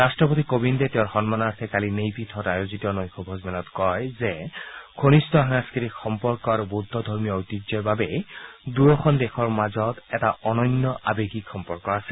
ৰাট্ট্ৰপতি কোবিন্দে তেওঁৰ সন্মানাৰ্থে কালি নেই পি থঁত আয়োজিত নৈশ ভোজমেলত কয় যে ঘনিষ্ঠ সাংস্কৃতিক সম্পৰ্ক আৰু বৌদ্ধ ধৰ্মীয় ঐতিহ্যৰ বাবে দুয়োখন দেশৰ মাজত এটা অনন্য আৱেগিক সম্পৰ্ক আছে